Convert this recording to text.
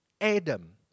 Adam